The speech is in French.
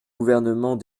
gouvernement